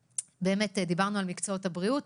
דיברנו על מקצועות הבריאות,